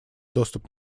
доступ